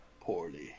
poorly